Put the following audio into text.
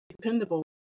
dependable